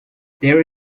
there